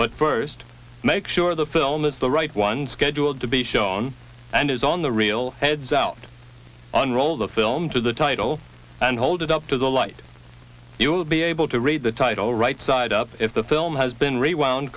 but first make sure the film is the right one scheduled to be shown and is on the real heads out on roll the film to the title and hold it up to the light you will be able to read the title right side up if the film has been rewound